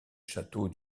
château